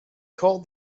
called